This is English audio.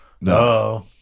No